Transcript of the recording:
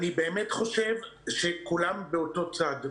אני באמת חושב שכולם באותו צד.